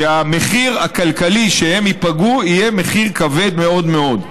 שהמחיר הכלכלי שהם ייפגעו ממנו יהיה מחיר כבד מאוד מאוד.